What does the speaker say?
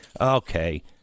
Okay